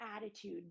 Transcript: attitude